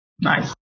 Nice